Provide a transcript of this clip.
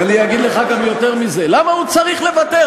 אני אגיד לך גם יותר מזה, למה הוא צריך לוותר?